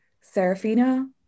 Serafina